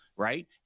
right